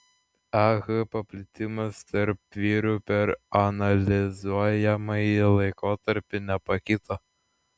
ah paplitimas tarp vyrų per analizuojamąjį laikotarpį nepakito